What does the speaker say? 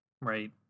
Right